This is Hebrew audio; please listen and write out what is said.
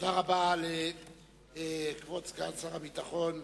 תודה רבה לכבוד סגן שר הביטחון,